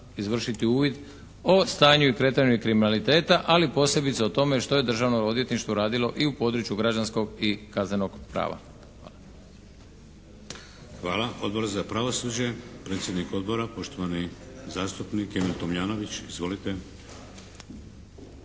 izvršiti uvid o stanju i kretanju kriminaliteta, ali posebice o tome što je Državno odvjetništvo radilo i u području građanskog i kaznenog prava. Hvala.